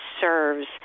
serves